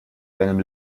deinem